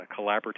collaborative